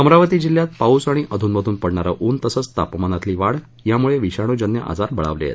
अमरावती जिल्ह्यात पाऊस आणि अध्नमधून पडणारे ऊन तसंच तापमानातील वाढ यामुळे विषाणूजन्य आजार बळावले आहेत